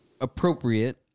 appropriate